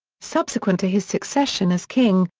subsequent to his succession as king,